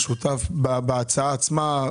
בהצעה עצמה,